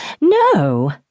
No